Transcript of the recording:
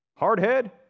Hardhead